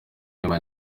utwo